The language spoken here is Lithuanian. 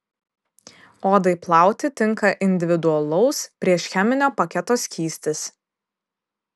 odai plauti tinka individualaus priešcheminio paketo skystis